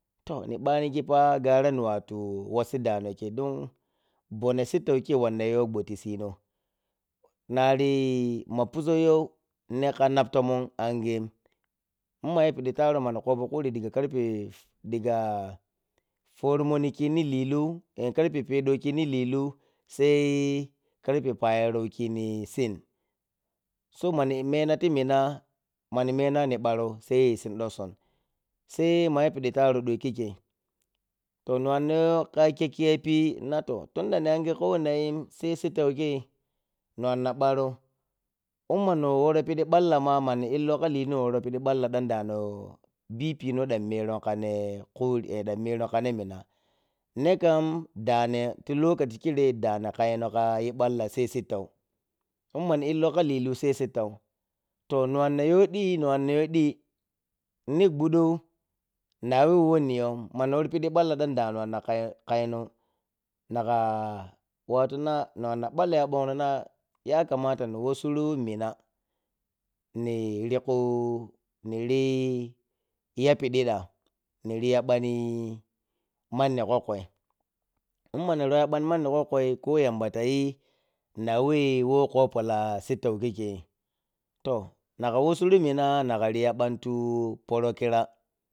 To ni ɓanihji pa gar ani watu wassa da nokeyi dan banneh sittaw kyeyi wanna yow gbo ti sino nari ma puzo yani, neh kha nab tomon anghiyim imma yapidi tarrow ma ni kwopow khuri diga karpe diga poromonni khini lillu, daga karpa pe daw kini lillu sai kampe paralam kini sin, sei mani men ani ming mani mana ni ni ɓarow sai sin ɗosson, sel ma yapidi tarrow doyi khikkyei, to ni wanna yow kha kyekki yapi na to tunda ni anghishi kowo nayim sai sittaw kyeyi ni wanna ɓarow imma ni worow pidn balla ma ni illow kha lillu ni worow pidi balla ma dan dano illi bi pidi balla ma dan dano illi bi pino dam merun kha ne eh dan merun kha ne mina nehe kham dane ti lokachi kireyi dano khayeno kha yi ɓalla sei sittaw, imma ni illow kha lillu sei sittaw, to ni wanna you dii-ni wanna yow dii, ni g ɓudow na wewo ni yo wim, ma ni worrow pidi balla dan dano wanna kaye-knaye no, ni watu n ani watu allow ya g ɓongho nay akamata ni wossuru mina ni ri khuni ri yapidi ɗa, ni ri ya ɓani manni khakroyi immani row ya ɓan monni khakeyi ko yamba ta yin a weh wo kwopow la sittaw khikkyeyi to nakha wossuru mina nakha riya ɓantu poro khira.